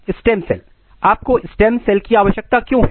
तो stem cell आपको stem cell की आवश्यकता क्यों है